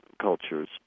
cultures